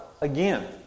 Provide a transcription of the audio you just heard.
Again